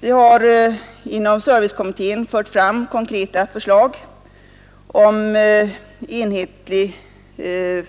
Vi har inom servicekommittén fört fram konkreta förslag om enhetlig